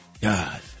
God